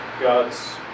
God's